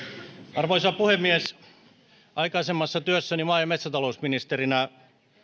arvoisa puhemies aikaisemmassa työssäni maa ja metsätalousministerinä